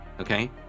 okay